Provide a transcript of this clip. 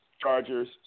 Chargers